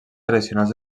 tradicionals